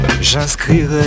j'inscrirai